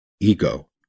Ego